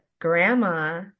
grandma